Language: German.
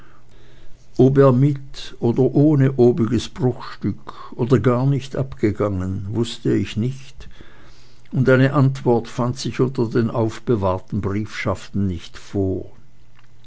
ob er mit oder ohne obiges bruchstück oder gar nicht abgegangen wußte ich nicht und eine antwort fand sich unter den aufbewahrten briefschaften nicht vor